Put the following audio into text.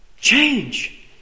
change